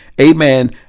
Amen